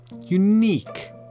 unique